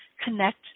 connect